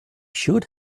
should